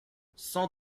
cent